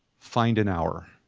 find an hour